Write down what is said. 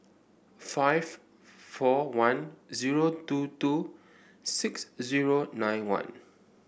five four one zero two two six zero nine one